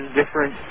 different